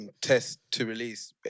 test-to-release